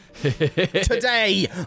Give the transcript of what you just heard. Today